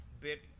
bit